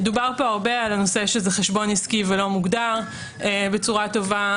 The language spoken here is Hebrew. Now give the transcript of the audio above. דובר פה הרבה על כך שזה חשבון עסקי ושזה לא מוגדר בצורה טובה.